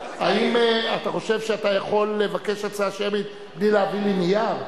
קבוצת חד"ש וחבר הכנסת איתן כבל.